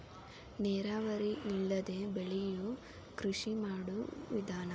ನೇರಾವರಿ ಇಲ್ಲದೆ ಬೆಳಿಯು ಕೃಷಿ ಮಾಡು ವಿಧಾನಾ